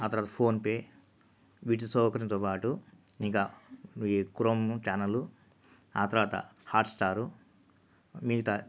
ఆ తర్వాత ఫోన్పే వీటి సౌకర్యంతో పాటు ఇంకా ఈ క్రోమ్ ఛానళ్ళు ఆ తర్వాత హాట్స్టార్ మిగతా